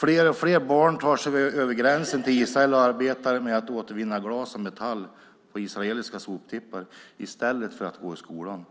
Fler och fler barn tar sig över gränsen till Israel och arbetar med att återvinna glas och metall på israeliska soptippar i stället för att gå i skolan.